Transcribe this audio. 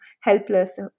helpless